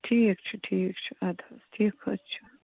ٹھیٖک چھُ ٹھیٖک چھُ اَدٕ حظ ٹھیٖک حظ چھُ